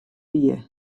wie